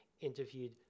interviewed